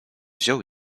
wziął